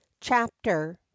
Chapter